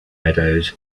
meadows